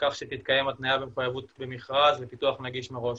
כך שתתקיים התניה ומחויבות במכרז לפיתוח נגיש מראש.